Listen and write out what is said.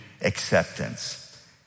acceptance